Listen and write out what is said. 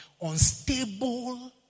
unstable